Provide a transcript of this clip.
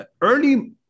Early